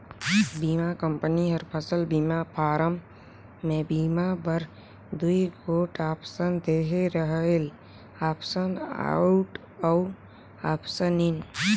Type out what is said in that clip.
बीमा कंपनी हर फसल बीमा फारम में बीमा बर दूई गोट आप्सन देहे रहेल आप्सन आउट अउ आप्सन इन